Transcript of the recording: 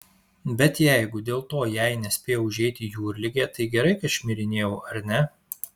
bet jeigu dėl to jai nespėjo užeiti jūrligė tai gerai kad šmirinėjau ar ne